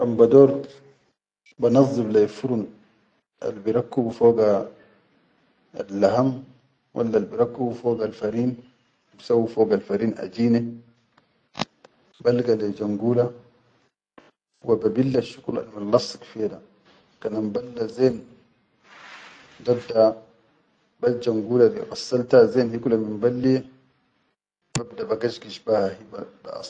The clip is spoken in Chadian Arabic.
Kan bador banazzin lai furun albirakkabu foga allaham wallal wirakkubu fogal farin, bisawwu fogal farin ajine, balga lai jangula, wababbilal shuqul almillassik fiya da kan amballa zen hi kula min balliye, dadda bagashgish baha.